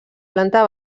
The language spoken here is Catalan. planta